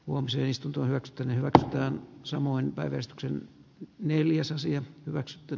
huomasin istunto arktinen väitetään samoin pää veistoksen neljäsosia hyväksytty